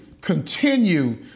continue